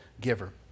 giver